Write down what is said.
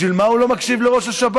בשביל מה הוא לא מקשיב לראש השב"כ?